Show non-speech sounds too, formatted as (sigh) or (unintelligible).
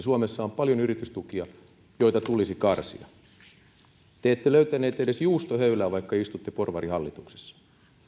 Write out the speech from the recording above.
(unintelligible) suomessa on paljon yritystukia joita tulisi karsia te ette löytänyt edes juustohöylää vaikka istutte porvarihallituksessa